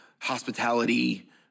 hospitality